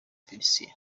félicien